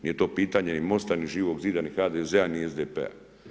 Nije to pitanje ni MOST-a, ni Živog zida, ni HDZ-a, ni SDP-a.